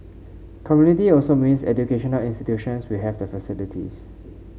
community also means educational institutions we have the facilities